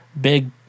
big